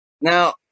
Now